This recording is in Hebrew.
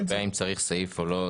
אם צריך סעיף או לא,